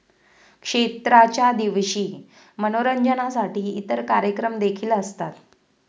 क्षेत्राच्या दिवशी मनोरंजनासाठी इतर कार्यक्रम देखील असतात